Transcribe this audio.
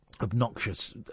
Obnoxious